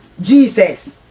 jesus